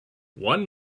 one